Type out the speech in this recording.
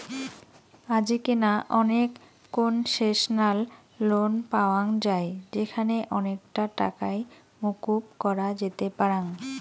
আজিকেনা অনেক concessional loan পাওয়াঙ যাই যেখানে অনেকটা টাকাই মকুব করা যেতে পারাং